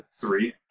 three